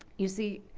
you see,